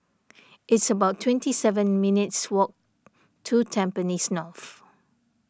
it's about twenty seven minutes' walk to Tampines North